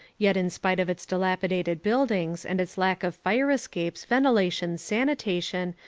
yet in spite of its dilapidated buildings and its lack of fire-escapes, ventilation, sanitation,